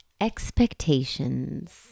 expectations